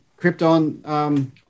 Krypton